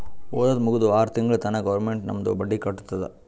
ಓದದ್ ಮುಗ್ದು ಆರ್ ತಿಂಗುಳ ತನಾ ಗೌರ್ಮೆಂಟ್ ನಮ್ದು ಬಡ್ಡಿ ಕಟ್ಟತ್ತುದ್